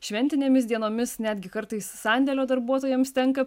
šventinėmis dienomis netgi kartais sandėlio darbuotojams tenka